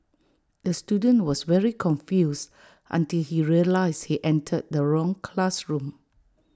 the student was very confused until he realised he entered the wrong classroom